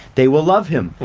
they will love him,